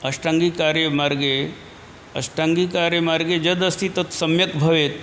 अष्टाङ्गीकारे मार्गे अष्टाङ्गीकारे मार्गे यद् अस्ति तत् सम्यक् भवेत्